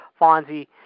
Fonzie